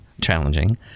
challenging